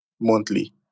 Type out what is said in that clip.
monthly